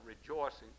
rejoicing